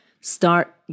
start